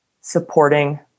supporting